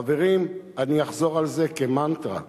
חברים, אני אחזור על זה כמנטרה.